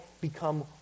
become